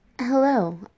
Hello